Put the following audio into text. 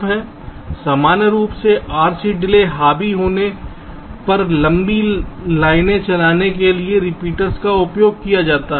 सामान्य रूप से RC डिले हावी होने पर लंबी लाइनें चलाने के लिए रिपीटर का उपयोग किया जाता है